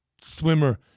swimmer